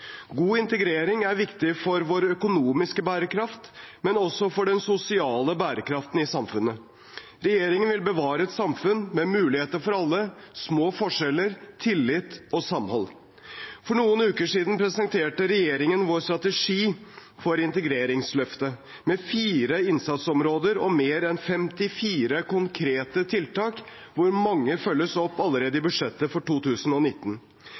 God integrering er viktig for vår økonomiske bærekraft, men også for den sosiale bærekraften i samfunnet. Regjeringen vil bevare et samfunn med muligheter for alle, små forskjeller, tillit og samhold. For noen uker siden presenterte regjeringen sin strategi for integreringsløftet, med fire innsatsområder og mer enn 54 konkrete tiltak, hvor mange følges opp allerede i budsjettet for 2019.